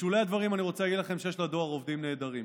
בשולי הדברים אני רוצה להגיד לכם שיש לדואר עובדים נהדרים,